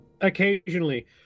occasionally